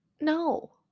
No